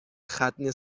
ختنه